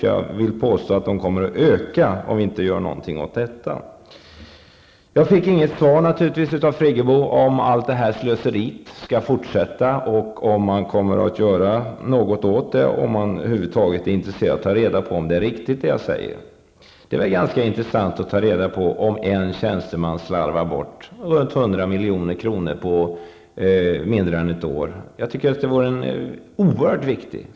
Jag vill påstå att de tendenserna kommer att öka om vi inte gör något åt detta. Jag fick naturligtvis inget svar av Birgit Friggebo på frågan om allt det här slöseriet skall fortsätta, om man kommer att göra något åt det, och om man över huvud taget är intresserad av att ta reda på om det jag säger är riktigt. Det är väl ganska intressant att ta reda på om en tjänsteman slarvar bort 100 milj.kr. på mindre än ett år. Jag tycker att det vore oerhört viktigt.